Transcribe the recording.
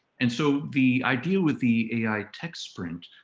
and so the idea with the ai tech sprint,